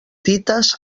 tites